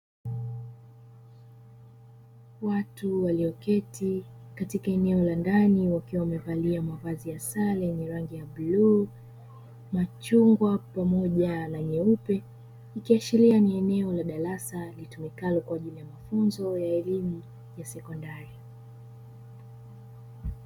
Watu walioketi katika eneo la ndani wakiwa wamevalia mavazi ya sare yenye rangi ya bluu, machungwa, pamoja na nyeupe, ikiashiria ni eneo la darasa litumikalo kwaajili ya mafunzo ya elimu ya sekondari.